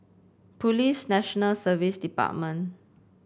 Police National Service Department